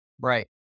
Right